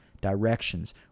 directions